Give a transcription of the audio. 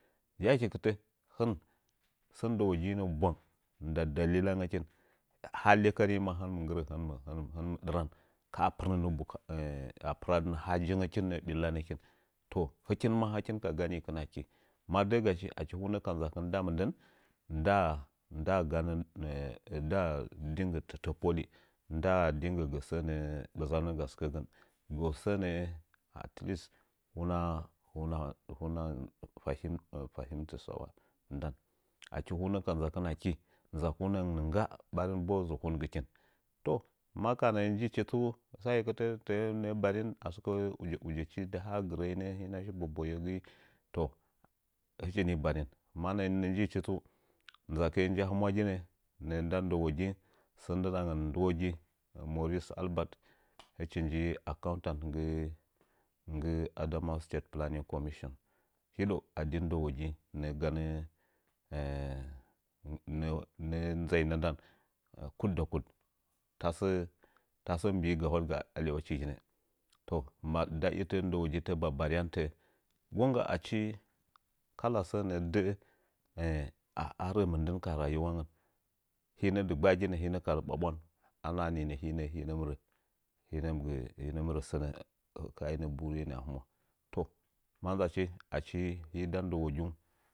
Yathekɨtə hɨn sən ndəwoginə bwang nda dalilangəkin haa lekəring ma rə hɨnɨm ɗɨran a pɨradɨn haje ngə kin nə'ə billa toh nəkin hɨkin maa hɨkin ka ganikɨn aki madə'əgachi achi hunə ka ndzakɨn nda mɨndən ndaa ndaa ganən nda dɨnggə tətə poli daa dɨnggə gə sə nə'ə bɨzanən ga sɨkəgən gəu sənə'ə atlist hundə hunə-hunəə fahimtə fahimtə sa'wa ndan achi hunə ka ndzakɨn aki ndzakunə ngən ngga ɓarin ba zəkongɨkin toh maka nə'ə njichi tsu yakekɨtə nə'ə barin a sɨkə uyiujechi dɨ haa gɨrəinə hinə shi bobəye gəi toh hɨchi ni barin manə'ənə njichi tsu ndzakɨye nji ahtu waginə nə'ə nda ndəwəging səəa ndɨdangən ndɨwogi moris albert hɨchi nji accountant nggɨ nggɨ adamawa state fane commission hedəu adi ndəwəging nə'ə ganə hə'ə ndzainə ndan kut da kut “tasə-tasə” mbi'i gashwadga alyawa chiginə toh ma da itə ndəwəgi banyan tə'ə gongga achi kala sənə'ə də'ə are rə mindən ka rayiwangən hinə dɨgba'aginə hinə ka lɨɓa bwan a nahaninə hinəm rə hinəm gə hɨnəm gə sənə ka'ainə burəi nə ma nzachi achi hii nda ndə-wagiung.